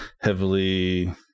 heavily